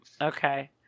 okay